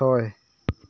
ছয়